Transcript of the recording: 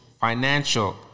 financial